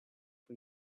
for